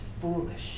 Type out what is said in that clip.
foolish